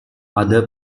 other